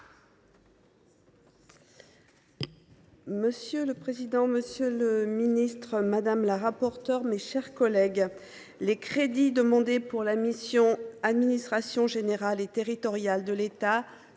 Monsieur le président, monsieur le secrétaire d’État, mes chers collègues, les crédits demandés pour la mission « Administration générale et territoriale de l’État »